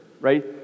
right